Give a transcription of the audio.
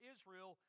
Israel